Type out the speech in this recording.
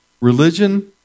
Religion